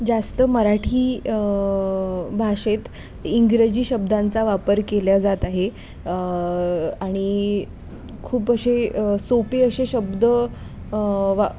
जास्त मराठी भाषेत इंग्रजी शब्दांचा वापर केला जात आहे आणि खूप असे सोपे असे शब्द वा